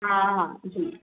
हा हा जी